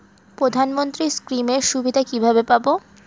প্রধানমন্ত্রী স্কীম এর সুবিধা কিভাবে পাবো?